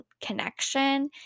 connection